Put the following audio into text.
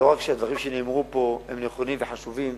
לא רק שהדברים שנאמרו פה הם נכונים וחשובים,